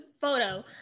photo